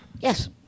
Yes